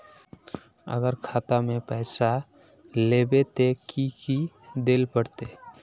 अगर खाता में पैसा लेबे ते की की देल पड़ते?